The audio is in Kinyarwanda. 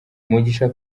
mugisha